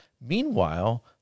Meanwhile